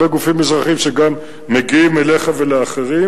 וזה הרבה גופים אזרחיים שגם מגיעים אליך ולאחרים,